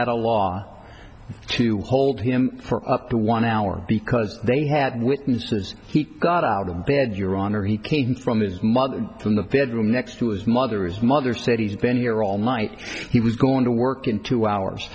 l law to hold him for up to one hour because they had witnesses he got out of bed your honor he came from his mother from the bedroom next to his mother his mother said he's been here all night he was going to work in two hours